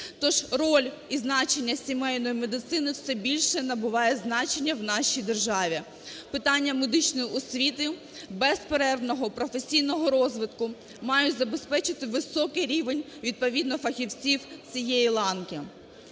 Тож роль і значення сімейної медицини все більше набуває значення в нашій державі. Питання медичної освіти, безперервного професійного розвитку мають забезпечити високий рівень відповідно фахівців цієї ланки.